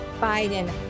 Biden